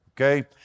okay